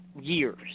years